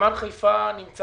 נמל חיפה נמצא